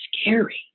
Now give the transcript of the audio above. Scary